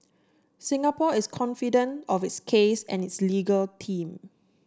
Singapore is confident of its case and its legal team